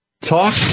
Talk